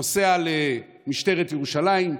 נוסע למשטרת ירושלים,